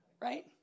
right